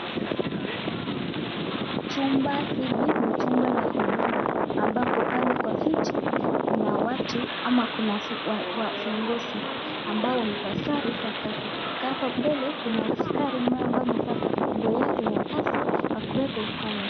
Chuma hili ni chumba la huduma ambapo pale Kwa vitibmuna watu na kuna viongozi ambao amevalia sare za kazi Hapa mbele kuna askari ambaye amevaa nguo yake kazi akiwepo pale.